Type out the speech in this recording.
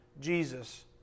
Jesus